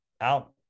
out